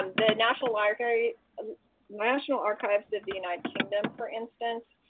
um the national library um national archives of the united kingdom, for instance,